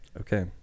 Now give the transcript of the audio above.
Okay